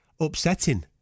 upsetting